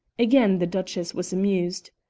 again the duchess was amused.